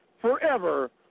forever